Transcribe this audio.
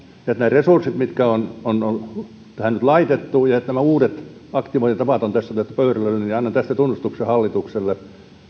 ne resurssit mitä on tähän nyt laitettu ja nämä uudet aktivointitavat on otettu pöydälle annan tästä tunnustuksen hallitukselle